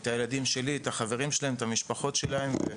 הילדים שלי, את החברים שלהם, את המשפחות שלהם.